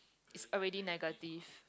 it's already negative